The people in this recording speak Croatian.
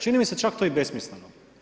Čini mi se čak to i besmisleno.